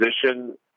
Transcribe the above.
position